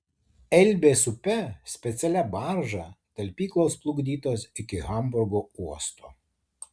elbės upe specialia barža talpyklos plukdytos iki hamburgo uosto